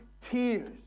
tears